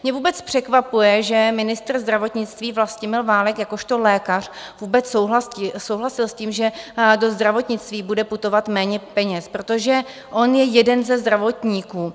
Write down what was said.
Mě vůbec překvapuje, že ministr zdravotnictví Vlastimil Válek jakožto lékař vůbec souhlasil s tím, že do zdravotnictví bude putovat méně peněz, protože on je jeden ze zdravotníků.